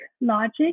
logic